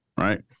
right